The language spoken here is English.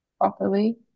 properly